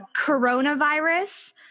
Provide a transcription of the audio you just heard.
Coronavirus